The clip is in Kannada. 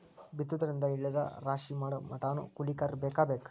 ಬಿತ್ತುದರಿಂದ ಹಿಡದ ರಾಶಿ ಮಾಡುಮಟಾನು ಕೂಲಿಕಾರರ ಬೇಕ ಬೇಕ